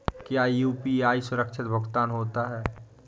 क्या यू.पी.आई सुरक्षित भुगतान होता है?